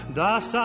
das